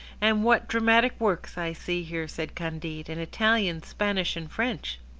and what dramatic works i see here, said candide, in italian, spanish, and french.